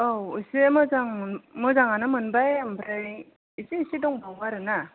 औ एसे मोजां मोजाङानो मोनबाय ओमफ्राय एसे एसे दंबावो आरोना